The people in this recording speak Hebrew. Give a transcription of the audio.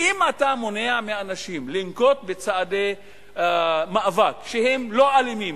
ואם אתה מונע מאנשים לנקוט צעדי מאבק שהם לא אלימים,